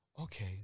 okay